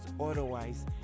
otherwise